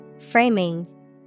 Framing